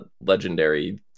Legendary